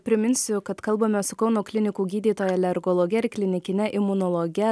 priminsiu kad kalbame su kauno klinikų gydytoja alergologe ir klinikine imunologe